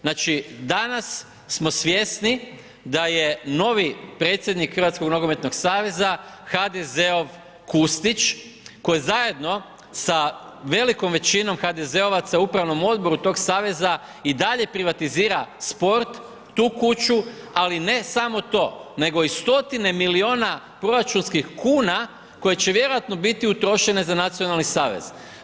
Znači, danas smo svjesni da je novi predsjednik Hrvatskog nogometnog saveza HDZ-ov Kustić koji zajedno sa velikom većinom HDZ-ovaca u upravnom odboru tog saveza i dalje privatizira sport, tu kuću, ali ne samo to, nego i stotine milijuna proračunskih kuna koje će vjerojatno biti utrošene za nacionalni savez.